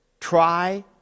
try